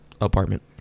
apartment